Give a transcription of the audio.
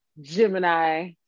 Gemini